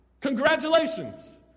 Congratulations